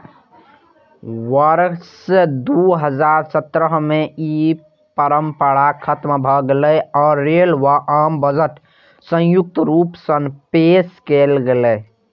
वर्ष दू हजार सत्रह मे ई परंपरा खतम भए गेलै आ रेल व आम बजट संयुक्त रूप सं पेश कैल गेलै